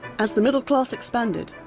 as the middle class expanded,